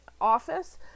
office